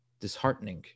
disheartening